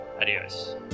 Adios